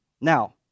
Now